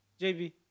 JB